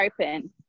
open